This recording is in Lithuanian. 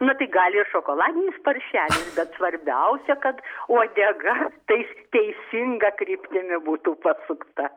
na tai gali ir šokoladinis paršelis bet svarbiausia kad uodega tais teisinga kryptimi būtų pasukta